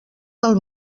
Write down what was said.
del